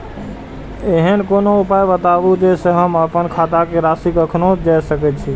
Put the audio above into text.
ऐहन कोनो उपाय बताबु जै से हम आपन खाता के राशी कखनो जै सकी?